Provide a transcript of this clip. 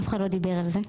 אף אחד לא דיבר על זה.